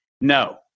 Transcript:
No